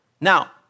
Now